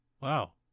Wow